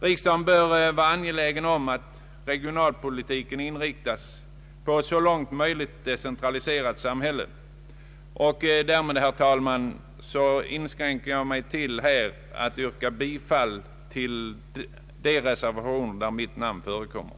Riksdagen bör vara angelägen om att regionalpolitiken inriktas på ett så decentraliserat samhälle som möjligt. Jag inskränker mig därför till, herr talman, att yrka bifall till de reservationer, där mitt namn förekommer.